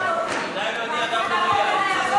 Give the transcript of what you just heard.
ראשונה ותועבר לוועדת הפנים והגנת הסביבה.